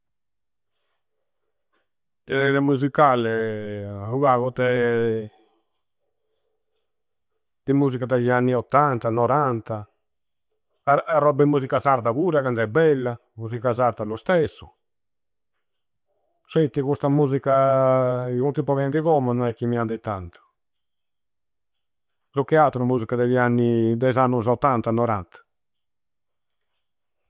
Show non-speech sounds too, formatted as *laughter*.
Generi mussiccalli *hesitation* u pagu de *hesitation* de musica degli anni ottanta, noranta. A ro. A roba de musica sarda pura candu è bella, musica sarda lo stessu. Scetti custa muscia *hesitation* chi funti boghendi commu no è chi mi andi tantu. Pru che attru musica degli anni. De is annusu ottanta, noranta.